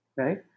right